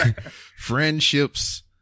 Friendships